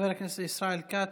חבר הכנסת ישראל כץ,